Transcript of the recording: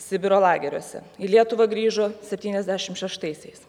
sibiro lageriuose į lietuvą grįžo septyniasdešim šeštaisiais